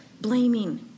Blaming